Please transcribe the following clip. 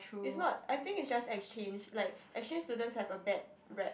it's not I think it's just exchange like exchange students have a bad rep